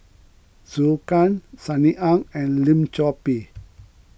Zhou Can Sunny Ang and Lim Chor Pee